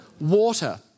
Water